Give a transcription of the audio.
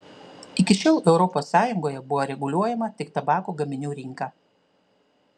iki šiol europos sąjungoje buvo reguliuojama tik tabako gaminių rinka